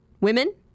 Women